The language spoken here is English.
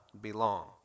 belong